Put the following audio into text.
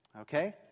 okay